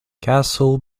castle